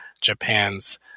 Japan's